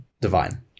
Divine